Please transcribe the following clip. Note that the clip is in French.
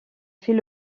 fait